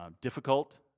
difficult